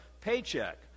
paycheck